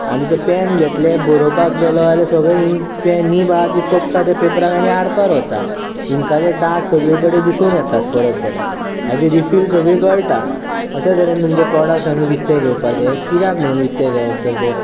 आनी तें पॅन घेतलें बरोवपाक गेलो आल्या सगळें ईंक पॅन नीब आहा ती तोंपता त्या पेपराक आनी आर पार वता इंकाचे डाग सगळे कडेन दिसून येतात परत परत ताजी रिफील सगळी गळटा अशें तरेन तुमचे प्रॉडक्टस आमी विकते घेवपाचे कित्याक म्हणून विकते घेवप तर ते